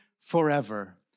forever